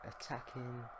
attacking